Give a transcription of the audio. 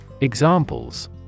Examples